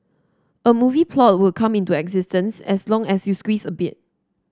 a movie plot will come into existence as long as you squeeze a bit